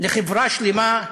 לחברה שלמה,